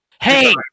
Hey